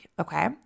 okay